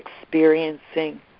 experiencing